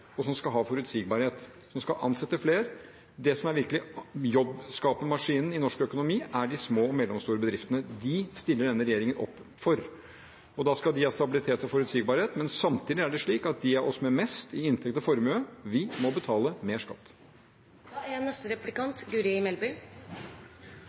og som skal ha forutsigbarhet, og som skal ansette flere. Det som virkelig er jobbskapemaskinen i norsk økonomi, er de små og mellomstore bedriftene, og dem stiller denne regjeringen opp for, og da skal de ha stabilitet og forutsigbarhet. Men samtidig er det slik at de av oss med mest i inntekt og formue må betale mer skatt.